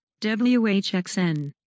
WHXN